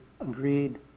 agreed